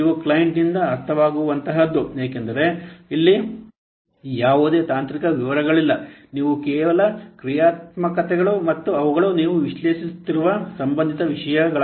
ಇವು ಕ್ಲೈಂಟ್ನಿಂದ ಅರ್ಥವಾಗುವಂತಹದ್ದು ಏಕೆಂದರೆ ಇಲ್ಲಿ ಯಾವುದೇ ತಾಂತ್ರಿಕ ವಿವರಗಳಿಲ್ಲ ನೀವು ಕೇವಲ ಕ್ರಿಯಾತ್ಮಕತೆಗಳು ಮತ್ತು ಅವುಗಳು ನೀವು ವಿಶ್ಲೇಷಿಸುತ್ತಿರುವ ಸಂಬಂಧಿತ ವಿಷಯಗಳಾಗಿವೆ